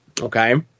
Okay